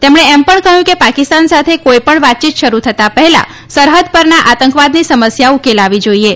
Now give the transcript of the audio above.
તેમણે એમ પણ કહ્યું કે પાકિસ્તાન સાથે કોઇપણ વાતચીત શરૂ થતાં પહેલા સરહદ પરના આતંકવાદની સમસ્યા ઉકેલાવી જાઇએ